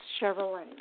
Chevrolet